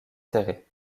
serrées